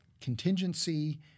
contingency